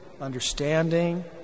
understanding